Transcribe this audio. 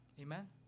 Amen